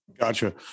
Gotcha